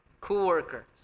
co-workers